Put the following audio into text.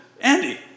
Andy